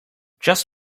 just